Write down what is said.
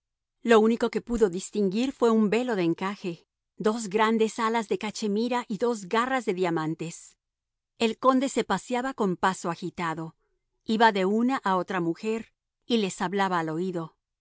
lo único que pudo distinguir fue un velo de encaje dos grandes alas de cachemira y dos garras de diamantes el conde se paseaba con paso agitado iba de una a otra mujer y les hablaba al oído